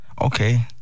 Okay